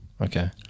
okay